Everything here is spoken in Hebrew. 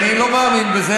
אני לא מאמין בזה,